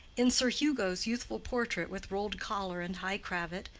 in sir hugo's youthful portrait with rolled collar and high cravat,